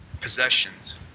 possessions